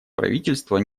правительство